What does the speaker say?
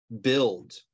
build